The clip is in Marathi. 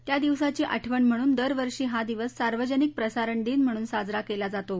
त्या दिवसाची आठवण म्हणून दरवर्षी हा दिवस सार्वजनिक प्रसारण दिन म्हणून साजरा केला जातो